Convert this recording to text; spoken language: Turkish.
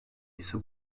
ise